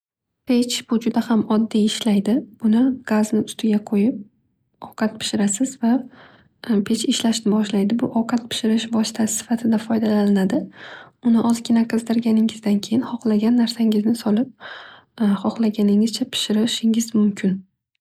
Sovutgich juda ham oddiy yo'l ilan ishlaydi. Bunda sovutgichni ikki qismdan iborat. Birinchi qismi bu o'rtacha sovutadigan qismi yani bu yerda iz hohlagan turdagi mahsulotlaringizni saqlashingiz mumkin. Tepagi qismi esa bu muzlatadigan qismi bu yerda siz go'sht va judaham muzlashni hohlaydigan narsalaringizni qo'yishingiz mumkin.